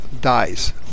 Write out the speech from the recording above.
dies